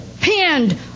pinned